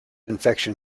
infection